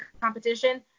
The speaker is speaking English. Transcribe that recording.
competition